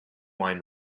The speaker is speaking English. wine